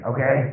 Okay